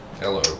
Hello